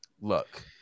Look